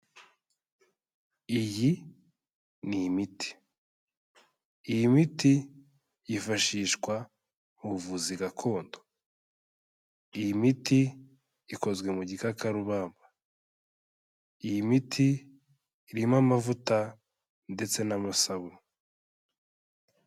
Iyi ni imiti, iyi miti yifashishwa mu buvuzi gakondo, iyi miti ikozwe mu gikakarubamba, iyi miti irimo amavuta ndetse n'amasabune.